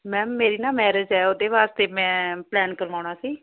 ma'am ਮੇਰੀ ਨਾ marriage ਹੈ ਉਹਦੇ ਵਾਸਤੇ ਮੈਂ ਪਲੈਨ ਕਰਵਾਉਣਾ ਸੀ